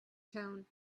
tone